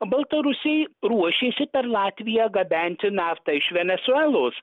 baltarusiai ruošėsi per latviją gabenti naftą iš venesuelos